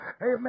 Amen